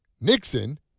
Nixon